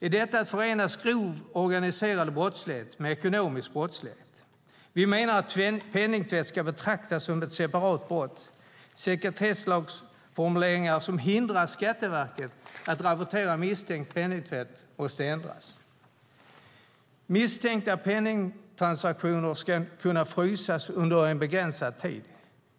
I detta förenas grov organiserad brottslighet med ekonomisk brottslighet. Vi menar att penningtvätt ska betraktas som ett separat brott. Sekretesslagsformuleringar som hindrar Skatteverket att rapportera misstänkt penningtvätt måste ändras. Misstänkta penningtransaktioner ska kunna frysas under en begränsad tid.